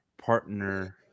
partner